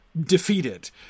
Defeated